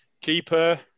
keeper